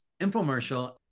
infomercial